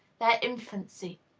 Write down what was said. their infancy?